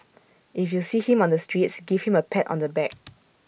if you see him on the streets give him A pat on the back